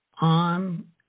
on